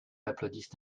m’applaudissent